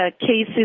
cases